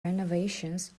renovations